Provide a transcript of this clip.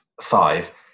five